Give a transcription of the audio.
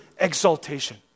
exaltation